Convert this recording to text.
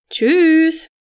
Tschüss